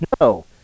No